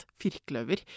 firkløver